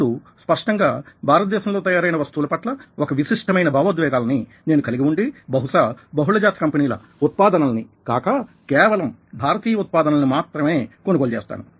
ఇప్పుడు స్పష్టంగా భారతదేశంలో తయారయిన వస్తువులపట్ల ఒక విశిష్టమైన భావోద్వేగాలని నేను కలిగి వుండి బహుసా బహుళ జాతి కంపెనీల ఉత్పాదనలని కాక కేవలం భారతీయ ఉత్పాదనలని మాత్రమే కొనుగోలు చేస్తాను